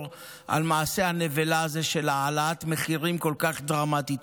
על מעשה הנבלה הזה של העלאת מחירים כל כך דרמטית.